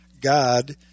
God